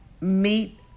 meet